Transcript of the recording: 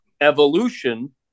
Evolution